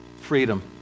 freedom